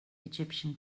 egyptian